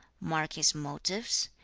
mark his motives.